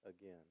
again